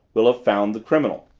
we'll have found the criminal.